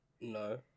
No